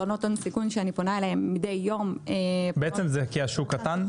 קרנות הון-סיכון שאני פונה אליהן מידי יום --- בעצם זה כי השוק קטן?